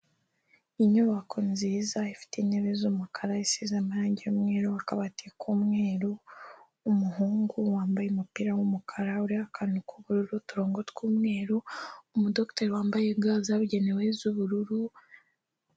Inyubako nziza ifite intebe z'umukara, isize amarangi y'umweru, akabati k'umweru, umuhungu wambaye umupira w'umukara, uriho akantu k'ubururu, uturongo tw'umweru, umudogiteri wambaye ga zabugenewe z'ubururu.